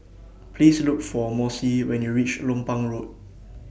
Please Look For Mossie when YOU REACH Lompang Road